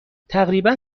تقریبا